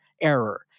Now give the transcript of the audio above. error